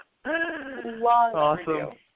awesome